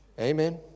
Amen